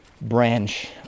branch